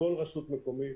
לכל רשות מקומית